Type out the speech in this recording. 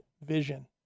Vision